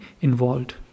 involved